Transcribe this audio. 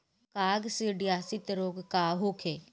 काकसिडियासित रोग का होखे?